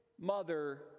mother